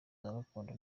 gakondo